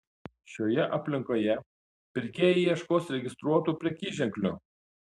šioje aplinkoje pirkėjai ieškos registruotų prekyženklių